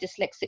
dyslexic